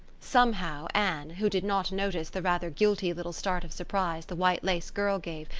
somehow anne who did not notice the rather guilty little start of surprise the white-lace girl gave,